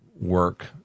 work